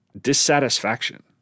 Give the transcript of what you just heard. dissatisfaction